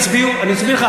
אני אסביר לך,